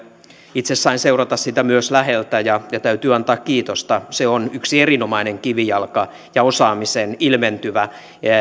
itse sain seurata sitä myös läheltä ja täytyy antaa kiitosta se on yksi erinomainen kivijalka ja osaamisen ilmentymä